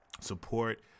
Support